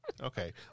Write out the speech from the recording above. Okay